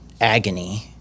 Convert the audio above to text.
agony